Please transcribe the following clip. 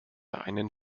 einen